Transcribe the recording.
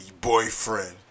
boyfriend